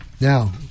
Now